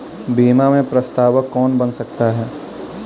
बीमा में प्रस्तावक कौन बन सकता है?